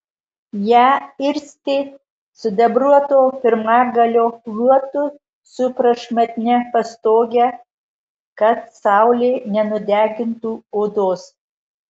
ją irstė sidabruoto pirmagalio luotu su prašmatnia pastoge kad saulė nenudegintų odos